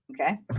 Okay